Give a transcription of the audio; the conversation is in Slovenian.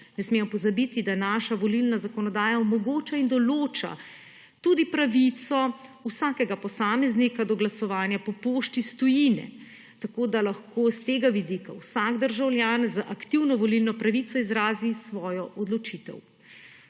Ne smemo pozabiti, da naša volilna zakonodaja omogoča in določa tudi pravico vsakega posameznika do glasovanja po pošti iz tujine. Tako da lahko iz tega vidika vsak državljan z aktivno volilno pravico izrazi svojo odločitev.